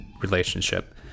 relationship